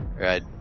right